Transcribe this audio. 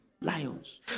lions